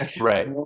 Right